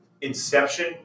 inception